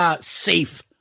safe